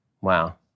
Wow